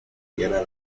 llora